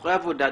בסכסוכי עבודה,